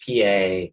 PA